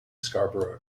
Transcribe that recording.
scarborough